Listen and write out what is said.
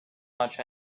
much